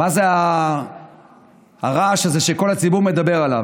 מה זה הרעש הזה שכל הציבור מדבר עליו?